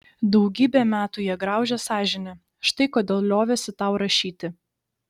daugybę metų ją graužė sąžinė štai kodėl liovėsi tau rašyti